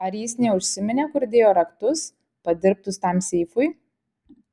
ar jis neužsiminė kur dėjo raktus padirbtus tam seifui